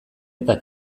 eta